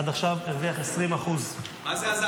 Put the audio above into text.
עד עכשיו הרוויח 20% עלייה.